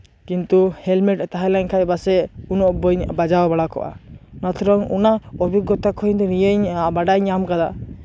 ᱠᱤᱱᱛᱩ ᱦᱮᱞᱢᱮᱴ ᱛᱟᱦᱮᱸ ᱞᱮᱱᱠᱷᱟᱡ ᱯᱟᱥᱮᱡ ᱩᱱᱟᱹᱜ ᱵᱟᱹᱧ ᱵᱟᱡᱟᱣ ᱵᱟᱲᱟ ᱠᱚᱜᱼᱟ ᱚᱱᱟᱛᱷᱮᱲᱚᱝ ᱚᱱᱟ ᱚᱵᱷᱤᱜᱽᱜᱚᱛᱟ ᱠᱷᱚᱱ ᱱᱤᱭᱟᱹᱧ ᱵᱟᱰᱟᱭ ᱧᱟᱢ ᱟᱠᱟᱫᱟ